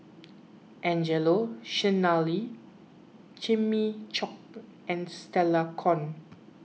Angelo Sanelli Jimmy Chok and Stella Kon